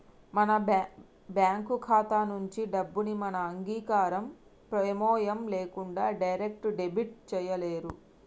మన బ్యేంకు ఖాతా నుంచి డబ్బుని మన అంగీకారం, ప్రెమేయం లేకుండా డైరెక్ట్ డెబిట్ చేయలేరు